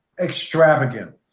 extravagant